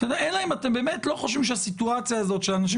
אלא אם אתם לא חושבים שהסיטואציה הזאת שאנשים